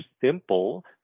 simple